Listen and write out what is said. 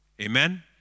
Amen